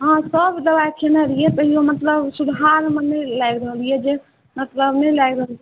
हँ सब दवाइ खेने रहिए तैओ मतलब सुधारमे नहि लागि रहल अइ जे मतलब नहि लागि